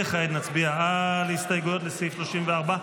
וכעת נצביע על הסתייגויות לסעיף 34,